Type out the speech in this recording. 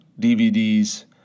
DVDs